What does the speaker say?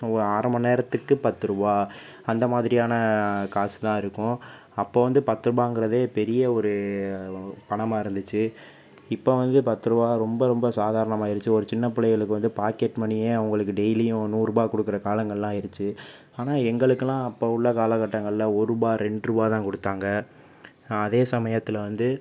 அரை மணி நேரத்துக்கு பத்து ரூபாய் அந்த மாதிரியான காசு தான் இருக்கும் அப்போ வந்து பத்து ரூபாங்கிறதே பெரிய ஒரு பணமாக இருந்திச்சு இப்போ வந்து பத்து ரூபாய் ரொம்ப ரொம்ப சாதாரணமாக ஆயிடுச்சு ஒரு சின்ன பிள்ளைகளுக்கு வந்து பாக்கெட் மனியே அவர்களுக்கு டெய்லியும் நூறு ரூபாய் கொடுக்கற காலங்களெலாம் ஆயிடுச்சு ஆனால் எங்களுக்கெல்லாம் அப்போது உள்ள காலகட்டங்களில் ஒரு ரூபாய் ரெண்டு ரூபா தான் கொடுத்தாங்க அதே சமயத்தில் வந்து